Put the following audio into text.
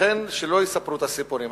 לכן, שלא יספרו את הסיפורים.